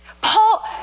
Paul